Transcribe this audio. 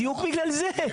בדיוק בגלל זה,